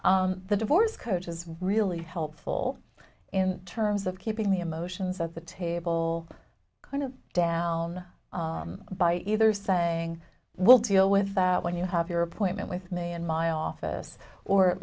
the divorce coach is really helpful in terms of keeping the emotions at the table kind of down by either saying we'll deal with that when you have your appointment with me in my office or